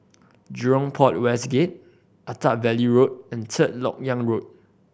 Jurong Port West Gate Attap Valley Road and Third Lok Yang Road